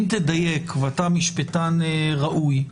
אם תדייק, ואתה משפטן ראוי,